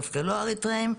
לא אריתריאים.